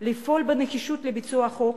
לפעול בנחישות לביצוע החוק,